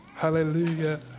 Hallelujah